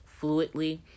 fluidly